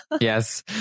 yes